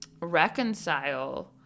reconcile